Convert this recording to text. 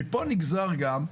מפה נגזרים אותם